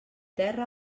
terra